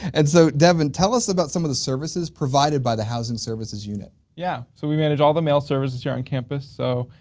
and so, devon tell us about some of the services provided by the housing services unit. yeah so we managed all the mail services here on campus. so,